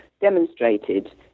demonstrated